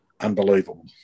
Unbelievable